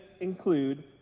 include